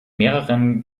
mehreren